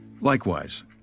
Likewise